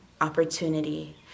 opportunity